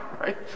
right